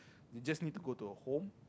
you just need to go to a home